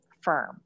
firm